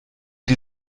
die